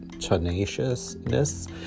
tenaciousness